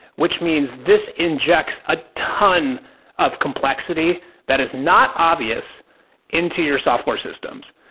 which means this injects a ton of complexity that is not obvious into your software systems.